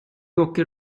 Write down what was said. åker